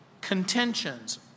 contentions